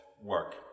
work